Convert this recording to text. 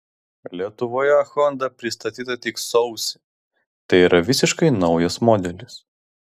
lietuvoje honda pristatyta tik sausį tai yra visiškai naujas modelis